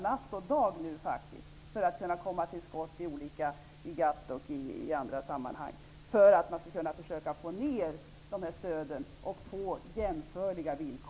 Natt och dag pågår sådana förhandlingar ute i Europa. Man gör detta för att kunna komma till skott i exempelvis